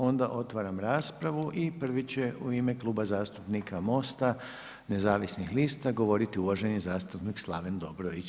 Onda otvaram raspravu i prvi će u ime Kluba zastupnika Most-a nezavisnih lista govoriti uvaženi zastupnik Slaven Dobrović.